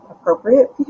appropriate